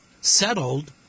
settled